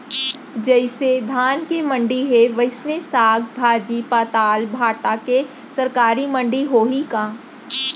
जइसे धान के मंडी हे, वइसने साग, भाजी, पताल, भाटा के सरकारी मंडी होही का?